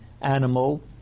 animal